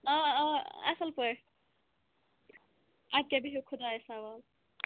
آ آ اَصٕل پٲٹھۍ اَدٕ کیٛاہ بِہِو خۄدایس حوالہٕ